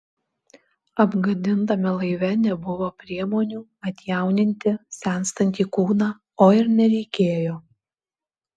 apgadintame laive nebuvo priemonių atjauninti senstantį kūną o ir nereikėjo